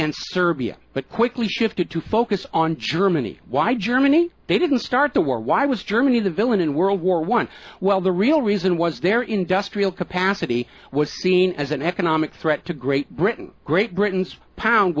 and serbia but quickly shifted to focus on germany why germany they didn't start the war why was germany the villain in world war one well the real reason was their industrial capacity was seen as an economic threat to great britain great britain's pound